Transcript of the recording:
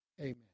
amen